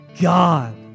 God